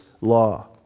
law